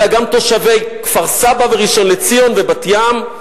אלא גם תושבי כפר-סבא וראשון-לציון ובת-ים?